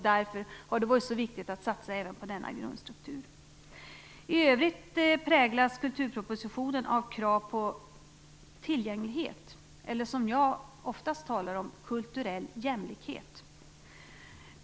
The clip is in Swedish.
Därför har det varit så viktigt att satsa även på denna grundstruktur. I övrigt präglas kulturpropositionen av krav på tillgänglighet eller kulturell jämlikhet, som jag oftast talar om.